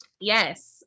Yes